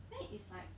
then it's like